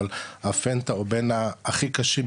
אבל הפנטה הוא בין הכי קשים,